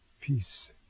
Peace